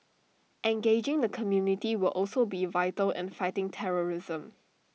engaging the community will also be vital in fighting terrorism